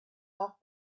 off